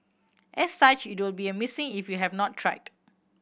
as such it will be a missing if you have not tried